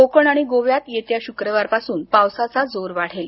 कोकण आणि गोव्यात येत्या शुक्रवारपासून पावसाचा जोर वाढेल